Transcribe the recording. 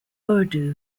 urdu